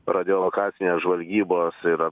radiolokacinės žvalgybos ir at